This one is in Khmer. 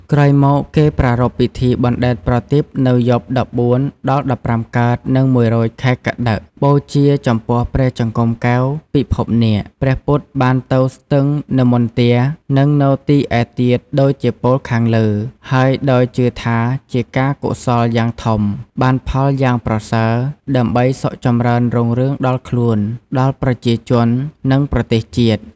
ក្រោយមកគេប្រារព្ធពិធីបណ្ដែតប្រទីបនៅយប់ ១៤ ដល់ ១៥កើត និង ១រោច ខែកត្តិក បូជាចំពោះព្រះចង្កូមកែវពិភពនាគ ព្រះពុទ្ធបានទៅស្ទឹងនម្មទា និងនៅទីឯទៀតដូចជាពោលខាងលើហើយដោយជឿថាជាការកុសលយ៉ាងធំបានផលយ៉ាងប្រសើរដើម្បីសុខចំរើនរុងរឿងដល់ខ្លួនដល់ប្រជាជន និងប្រទេសជាតិ។